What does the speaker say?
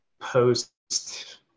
post